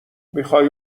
میخوای